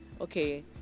Okay